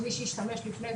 שמי שהשתמש לפני,